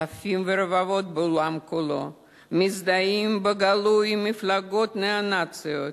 אלפים ורבבות בעולם כולו מזדהים בגלוי עם מפלגות ניאו-נאציות,